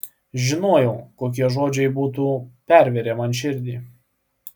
žinojau kokie žodžiai būtų pervėrę man širdį